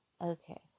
okay